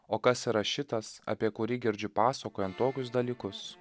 o kas yra šitas apie kurį girdžiu pasakojant tokius dalykus